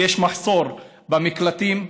כי יש מחסור במקלטים,